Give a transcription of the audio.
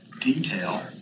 detail